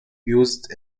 used